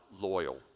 loyal